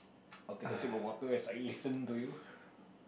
I'll take a sip of water as I listen to you